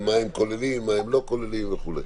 ומה הם כוללים ומה הם לא כוללים וכו'.